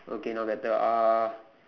okay now better uh